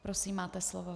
Prosím, máte slovo.